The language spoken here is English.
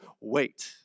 wait